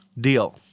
Deal